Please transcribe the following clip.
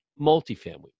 multifamily